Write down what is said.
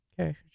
Okay